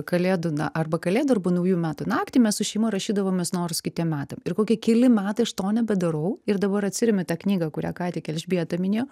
kalėdų na arba kalėdų arba naujų metų naktį mes su šeima rašydavomės norus kitiem metam ir kokie keli metai aš to nebedarau ir dabar atsiremiu į tą knygą kurią ką tik elžbieta minėjo